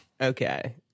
okay